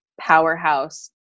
powerhouse